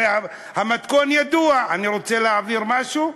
הרי המתכון ידוע: אני רוצה להעביר משהו?